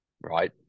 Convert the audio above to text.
right